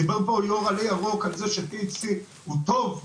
דיבר פה יו"ר עלה ירוק על זה ש-THC הוא טוב,